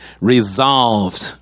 Resolved